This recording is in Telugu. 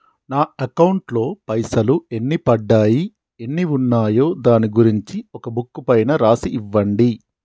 నా అకౌంట్ లో పైసలు ఎన్ని పడ్డాయి ఎన్ని ఉన్నాయో దాని గురించి ఒక బుక్కు పైన రాసి ఇవ్వండి?